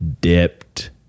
dipped